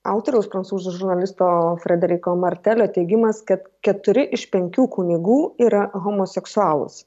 autoriaus prancūzų žurnalisto frederiko martelio teigimas kad keturi iš penkių kunigų yra homoseksualūs